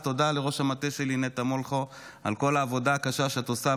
אז תודה לראש המטה שלי נטע מולכו על כל העבודה הקשה שאת עושה.